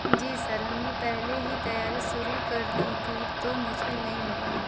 जी sir हमने पहले ही तैयारी शुरू कर दी थी तो मुश्किल नहीं होगा